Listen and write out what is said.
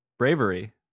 Bravery